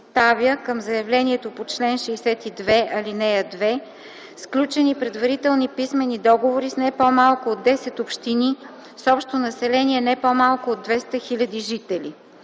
към заявлението по чл. 62, ал. 2 сключени предварителни писмени договори с не по-малко от десет общини с общо население не по-малко от 200 хил. жители.